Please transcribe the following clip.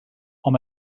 ond